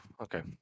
okay